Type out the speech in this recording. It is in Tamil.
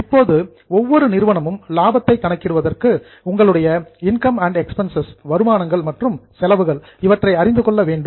இப்போது ஒவ்வொரு நிறுவனமும் லாபத்தை கணக்கிடுவதற்கு உங்களுடைய இன்கம்ஸ் அண்ட் எக்பென்சஸ் வருமானங்கள் மற்றும் செலவுகள் இவற்றை அறிந்து கொள்ள வேண்டும்